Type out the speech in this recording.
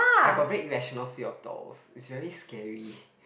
I got very irrational feels of dolls is very scary